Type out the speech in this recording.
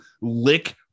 lick